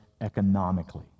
economically